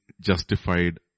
justified